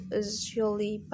usually